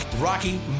Rocky